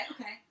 okay